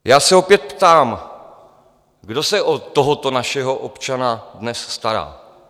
Já se opět ptám, kdo se o tohoto našeho občana dnes stará?